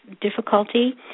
difficulty